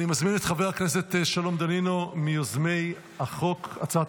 אני קובע כי הצעת חוק שירות הקבע בצבא הגנה